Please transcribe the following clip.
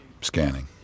scanning